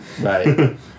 Right